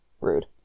Rude